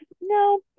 no